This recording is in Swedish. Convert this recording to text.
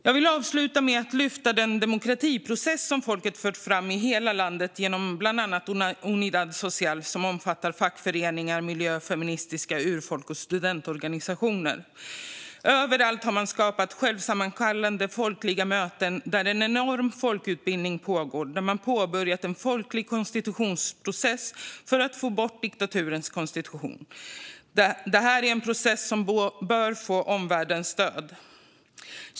Jag vill avsluta med att lyfta upp den demokratiprocess som folket fört fram i hela landet genom bland annat Unidad Social, som omfattar fackföreningar, miljöorganisationer, feministiska organisationer, urfolksorganisationer och studentorganisationer. Överallt har man skapat självsammankallande, folkliga möten där en enorm folkutbildning pågår och där man påbörjat en folklig konstitutionsprocess för att få bort diktaturens konstitution. Detta är en process som bör få omvärldens stöd.